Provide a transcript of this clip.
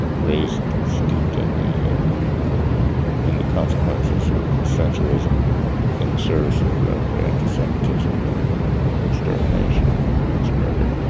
raised steeped in the in the consequences of essentialism in the service of of anti semitism and extermination, mass murder.